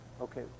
Okay